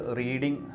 reading